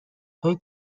های